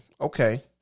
Okay